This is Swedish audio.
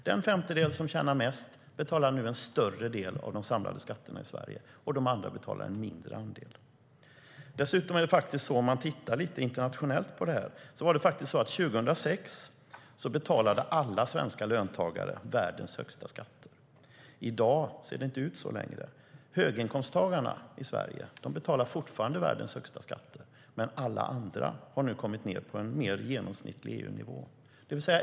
Den femtedel som tjänar mest betalar alltså en större del av de samlade skatterna i Sverige, och de andra betalar en mindre andel. Om man tittar på detta internationellt ser man att 2006 betalade alla svenska löntagare världens högsta skatter. I dag ser det inte ut så längre. Höginkomsttagarna i Sverige betalar fortfarande världens högsta skatter, men alla andra har nu kommit ned på en mer genomsnittlig EU-nivå.